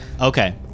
Okay